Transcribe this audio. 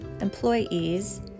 employees